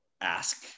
ask